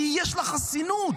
כי יש לה חסינות.